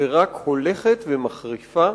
שרק הולכת ומחריפה,